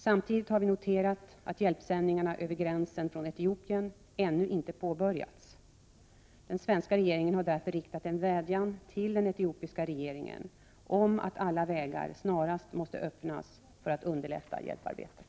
Samtidigt har vi noterat att hjälpsändningarna över gränsen från Etiopien ännu inte påbörjats. Den svenska regeringen har därför riktat en vädjan till den etiopiska regeringen om att alla vägar snarast måste öppnas för att underlätta hjälparbetet.